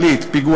בחברון, פיגוע